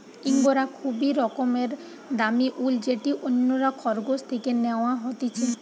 ইঙ্গরা খুবই রকমের দামি উল যেটি অন্যরা খরগোশ থেকে ন্যাওয়া হতিছে